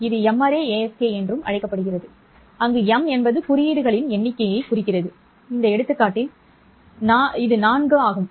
இது M ary ASK என்று அழைக்கப்படுகிறது அங்கு M என்பது குறியீடுகளின் எண்ணிக்கையைக் குறிக்கிறது இந்த எடுத்துக்காட்டில் இது 4 கேட்கும்